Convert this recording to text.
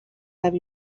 have